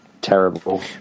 terrible